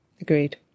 Agreed